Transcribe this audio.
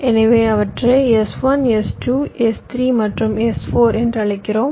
எனவே அவற்றை S1S2 S3 மற்றும் S4 என்று அழைக்கிறோம்